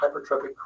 hypertrophic